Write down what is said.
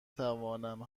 توانم